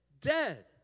dead